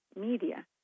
media